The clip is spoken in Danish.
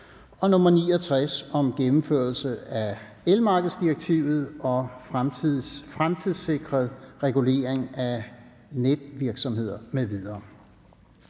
og straffeloven. (Gennemførelse af elmarkedsdirektivet og fremtidssikret regulering af netvirksomheder m.v.)).